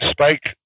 Spike